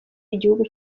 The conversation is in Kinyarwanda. igihugu